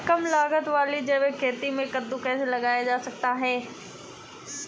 कम लागत वाली जैविक खेती में कद्दू कैसे लगाया जा सकता है?